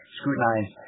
scrutinize